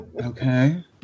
Okay